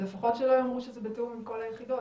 אז לפחות שלא יאמרו שזה בתיאום עם כל היחידות.